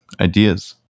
ideas